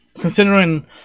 Considering